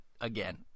again